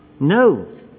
No